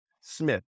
Smith